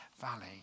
valley